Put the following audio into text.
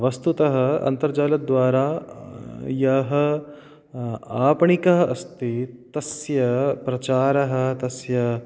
वस्तुतः अन्तर्जालद्वारा यः आपणिकः अस्ति तस्य प्रचारः तस्य